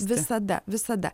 visada visada